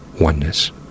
oneness